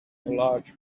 large